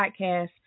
podcast